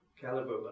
caliber